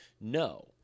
no